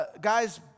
Guys